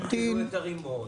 ולא --- את הרימון,